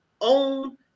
own